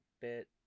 bit